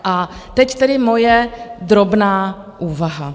A teď tedy moje drobná úvaha.